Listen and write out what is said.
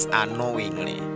unknowingly